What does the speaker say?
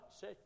Say